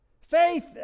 Faith